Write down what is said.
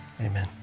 Amen